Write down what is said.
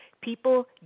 people